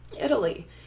Italy